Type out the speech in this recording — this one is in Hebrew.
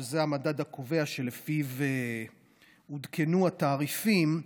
שזה המדד הקובע שלפיו עודכנו התעריפים,